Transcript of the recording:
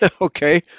Okay